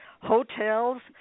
hotels